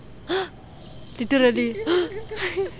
திட்டப்படி:thitapadi